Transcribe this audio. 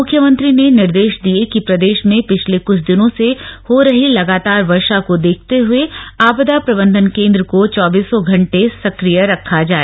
मुख्यमंत्री ने निर्देश दिये कि प्रदेश में पिछले कुछ दिन से हो रही लगातार वर्षा को देखते हुए आपदा प्रबन्धन केन्द्र को चौबीसों घंटे सक्रिय रखा जाय